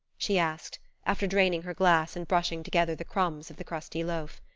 she asked, after draining her glass and brushing together the crumbs of the crusty loaf.